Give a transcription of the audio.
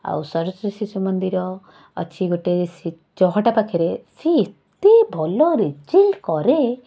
ଆଉ ସରସ୍ଵତୀ ଶିଶୁମନ୍ଦିର ଅଛି ଗୋଟେ ସେ ଚହଟା ପାଖରେ ସିଏ ଏତେ ଭଲ ରେଜଲ୍ଟ କରେ